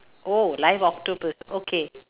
oh live octopus okay